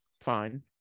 fine